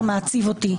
בעיקר מעציב אותי,